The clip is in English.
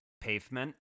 Pavement